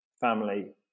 family